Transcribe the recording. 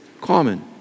common